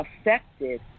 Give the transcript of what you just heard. affected